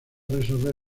resolver